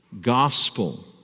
gospel